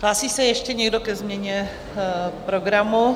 Hlásí se ještě někdo ke změně programu?